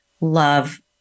love